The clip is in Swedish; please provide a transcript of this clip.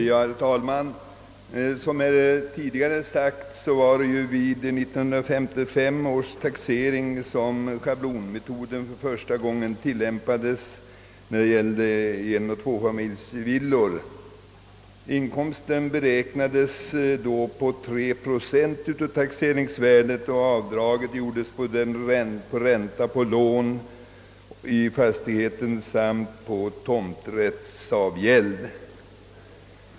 Herr talman! Såsom tidigare påpekats var det vid 1955 års taxering som schablonmetoden för första gången tillämpades på enoch tvåfamiljsvillor. Inkomsten beräknades då på 3 procent av taxeringsvärdet och avdragen gjordes med ränta på lån i fastigheten samt på tomträttsavgäld.